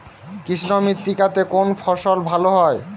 কৃষ্ণ মৃত্তিকা তে কোন ফসল ভালো হয়?